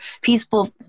peaceful